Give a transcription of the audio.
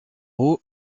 haut